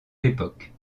l’époque